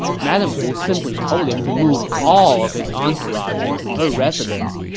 madame wu simply told him to move all of his entourage into her residence,